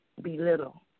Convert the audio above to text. belittle